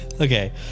Okay